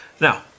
now